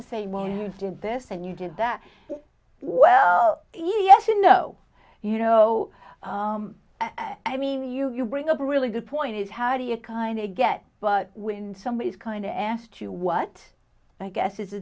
to say miles did this and you did that well yes and no you know i mean you you bring up a really good point is how do you kind of get but when somebody is kind of asked you what i guess is the